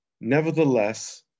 Nevertheless